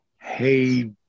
hey